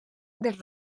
dels